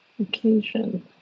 Occasion